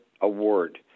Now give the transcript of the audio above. Award